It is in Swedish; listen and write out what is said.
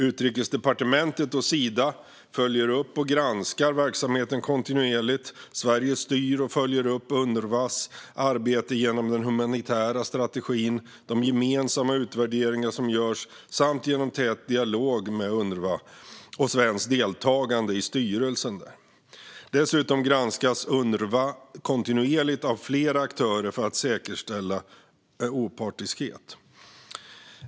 Utrikesdepartementet och Sida följer upp och granskar verksamheten kontinuerligt. Sverige styr och följer upp Unrwas arbete genom den humanitära strategin, de gemensamma utvärderingar som görs samt genom tät dialog med Unrwa och svenskt deltagande i dess styrelse. Dessutom granskas Unrwa kontinuerligt av flera aktörer för att säkerställa opartiskhet.